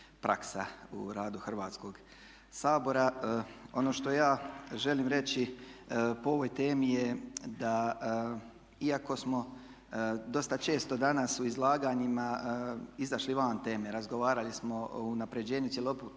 praksa u radu Hrvatskog sabora. Ono što ja želim reći po ovoj temi je da iako smo dosta često danas u izlaganjima izašli van teme, razgovarali smo o unapređenju cjelokupnog